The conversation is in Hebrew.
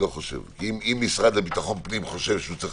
אם המשרד לביטחון פנים חושב שהוא צריך